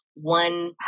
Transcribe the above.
One